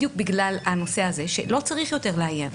בדיוק בגלל הנושא הזה שלא צריך יותר לאיים.